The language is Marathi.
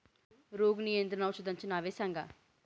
रोग नियंत्रण औषधांची नावे सांगा?